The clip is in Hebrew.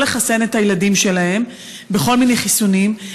לחסן את הילדים שלהם בכל מיני חיסונים.